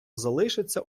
залишиться